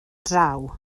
draw